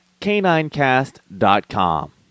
caninecast.com